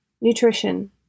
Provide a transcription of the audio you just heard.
Nutrition